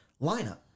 lineup